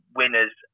winners